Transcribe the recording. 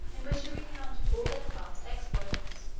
in which he recounted all their past exploits,